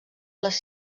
les